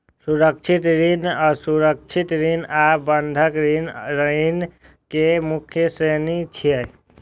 सुरक्षित ऋण, असुरक्षित ऋण आ बंधक ऋण ऋण केर मुख्य श्रेणी छियै